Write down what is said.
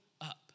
up